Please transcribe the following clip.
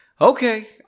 Okay